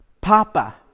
Papa